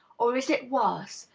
or is it worse?